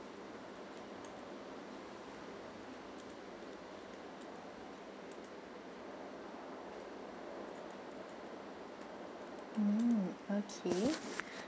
mm okay